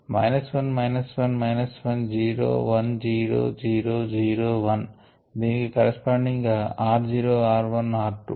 minus 1 minus 1 minus 1 zero 1 zero zero zero 1 దీనికి corresponding గా r zero r 1 r 2